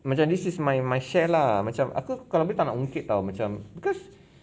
macam this is my my share lah macam aku kalau boleh tak nak mungkir [tau] macam because